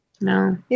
No